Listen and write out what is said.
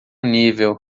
nível